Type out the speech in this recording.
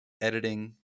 editing